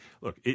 look